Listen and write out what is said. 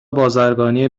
بازرگانی